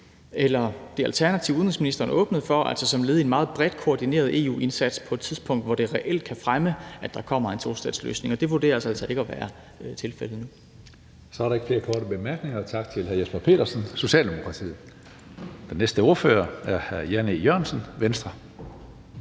eller det alternativ, udenrigsministeren åbnede for, altså som led i en meget bredt koordineret EU-indsats på et tidspunkt, hvor det reelt kan fremme, at der kommer en tostatsløsning, og det vurderes altså ikke at være tilfældet nu. Kl. 20:26 Tredje næstformand (Karsten Hønge): Så er der ikke flere korte bemærkninger. Tak til hr. Jesper Petersen, Socialdemokratiet. Næste ordfører er hr. Jan E. Jørgensen, Venstre.